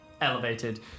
elevated